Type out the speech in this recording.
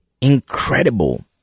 incredible